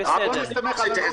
ניצב